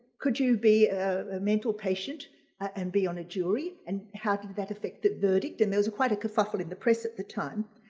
could you be a mental patient and be on a jury and how did that affect that verdict, and there's quite a kerfuffle in the press at the time.